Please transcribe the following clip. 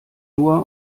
nur